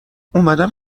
اومدم